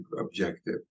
objective